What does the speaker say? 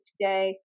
today